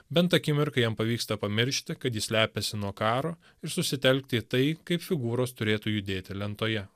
bent akimirkai jam pavyksta pamiršti kad jis slepiasi nuo karo ir susitelkti į tai kaip figūros turėtų judėti lentoje